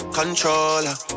controller